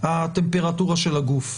הטמפרטורה של הגוף.